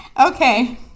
Okay